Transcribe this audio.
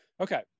Okay